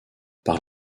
par